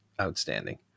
outstanding